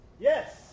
Yes